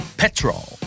petrol